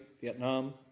Vietnam